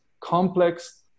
complex